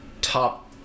top